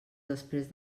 després